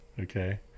okay